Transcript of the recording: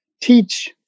teach